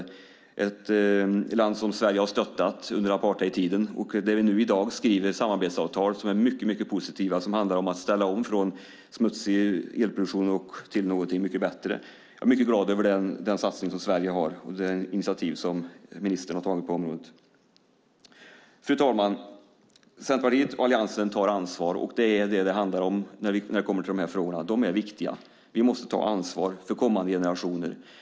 Det är ett land som Sverige har stöttat under apartheidtiden, och vi skriver nu samarbetsavtal som är mycket positiva och som handlar om att ställa om från smutsig elproduktion till någonting mycket bättre. Jag är mycket glad över den satsning som Sverige gör och det initiativ som ministern har tagit på området. Fru talman! Centerpartiet och Alliansen tar ansvar. Det är detta det handlar om när det kommer till de här frågorna. De är viktiga. Vi måste ta ansvar för kommande generationer.